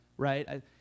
Right